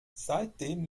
seitdem